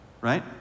right